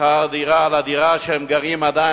שכר דירה על הדירה שהם גרים בה עדיין